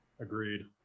agreed